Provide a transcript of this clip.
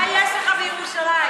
מה יש לך בירושלים?